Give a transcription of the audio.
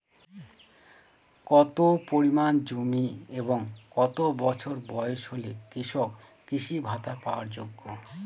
কত পরিমাণ জমি এবং কত বছর বয়স হলে কৃষক কৃষি ভাতা পাওয়ার যোগ্য?